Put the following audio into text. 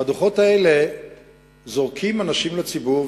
והדוחות האלה זורקים אנשים לציבור.